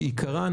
בעיקרה,